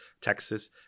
Texas